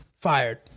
Fired